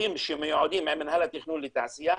שטחים עם מינהל התכנון שמיועדים לתעשייה,